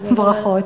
ברכות.